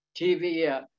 TV